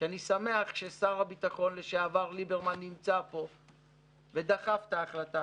שאני שמח ששר הביטחון לשעבר ליברמן נמצא פה ודחף את החלטה,